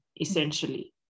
essentially